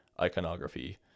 iconography